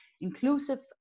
inclusive